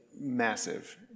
massive